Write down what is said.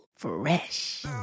Fresh